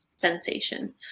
Sensation